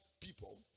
people